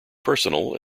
personal